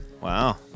Wow